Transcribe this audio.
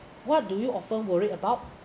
what do you often worried about